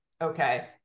okay